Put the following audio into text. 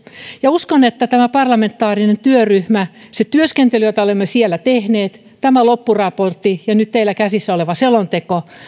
ja uskon että tämä parlamentaarinen työryhmä se työskentely jota olemme siellä tehneet tämä loppuraportti ja nyt teillä käsissänne oleva selonteko